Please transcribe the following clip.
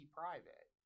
private